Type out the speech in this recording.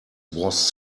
was